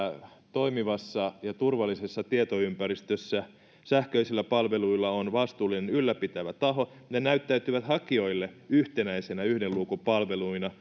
toimivassa ja turvallisessa tietoympäristössä sähköisillä palveluilla on vastuullinen ylläpitävä taho ne näyttäytyvät hakijoille yhtenäisinä yhden luukun palveluina